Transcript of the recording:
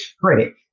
great